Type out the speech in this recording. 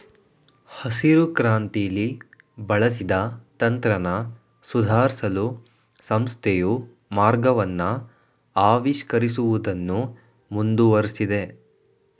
ಹಸಿರುಕ್ರಾಂತಿಲಿ ಬಳಸಿದ ತಂತ್ರನ ಸುಧಾರ್ಸಲು ಸಂಸ್ಥೆಯು ಮಾರ್ಗವನ್ನ ಆವಿಷ್ಕರಿಸುವುದನ್ನು ಮುಂದುವರ್ಸಿದೆ